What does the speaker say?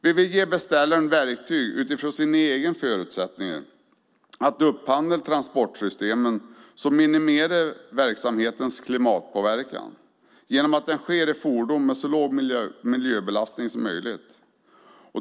Vi vill ge beställaren verktyg att utifrån sina egna förutsättningar upphandla transportsystem som minimerar verksamhetens klimatpåverkan genom att det sker i fordon med så låg miljöbelastning som möjligt.